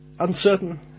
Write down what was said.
Uncertain